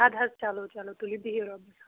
ادٕ حظ چلو چَلو تُلِو بِہِو رۄبَس حَوال